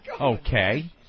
Okay